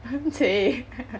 !chey!